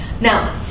Now